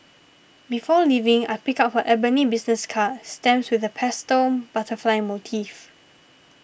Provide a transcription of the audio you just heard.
before leaving I pick up her ebony business card stamped with a pastel butterfly motif